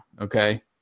okay